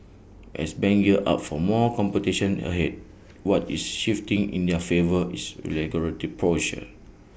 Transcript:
as banks gear up for more competition ahead what is shifting in their favour is regulatory posture